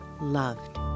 loved